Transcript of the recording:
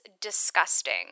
disgusting